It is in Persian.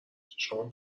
چشامو